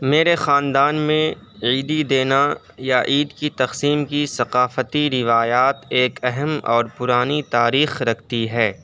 میرے خاندان میں عیدی دینا یا عید کی تقسیم کی ثقافتی روایات ایک اہم اور پرانی تاریخ رکھتی ہے